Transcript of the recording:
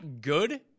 good